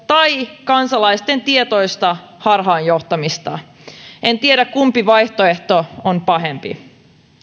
tai kansalaisten tietoista harhaan johtamista en tiedä kumpi vaihtoehto on pahempi